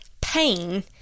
pain